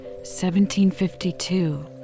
1752